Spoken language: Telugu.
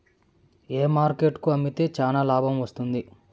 ఏ మార్కెట్ కు అమ్మితే చానా లాభం వస్తుంది?